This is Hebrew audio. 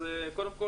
אז קודם כל,